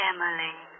Emily